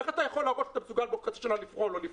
איך אתה יכול להראות שאתה מסוגל בעוד חצי שנה לפרוע או לא לפרוע?